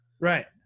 Right